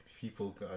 people